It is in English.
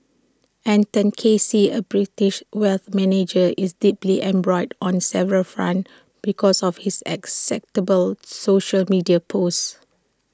Anton Casey A British wealth manager is deeply embroiled on several fronts because of his acceptable social media posts